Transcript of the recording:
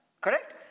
correct